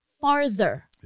farther